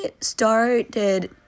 started